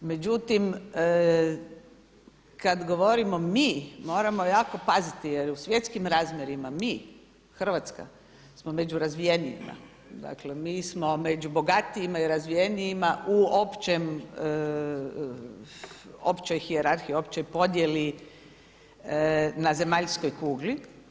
Međutim, kada govorimo mi moramo jako paziti jer u svjetskim razmjerima mi, Hrvatska smo među razvijenijima, dakle mi smo među bogatijima i razvijenima u općoj hijerarhiji općoj podjeli na zemaljskoj kugli.